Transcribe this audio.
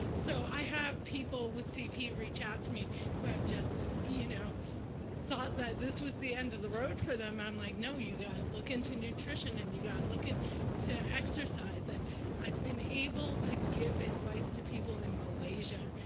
so i have people with cp reach out to me who have just you know thought that this was the end of the road for them. i'm like, no, you gotta look into nutrition, and you gotta look into exercise. and i've been able to give advice to people in malaysia,